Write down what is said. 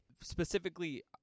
specifically